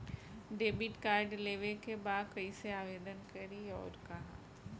Debit card लेवे के बा कइसे आवेदन करी अउर कहाँ?